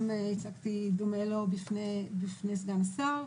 שהצגתי דומה לו בפני סגן השרה,